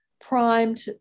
primed